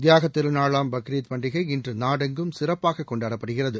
தியாகத் திருநாளாம் பக்ரீத் பண்டிகை இன்று நாடெங்கும் சிறப்பாக கொண்டாடப்படுகிறது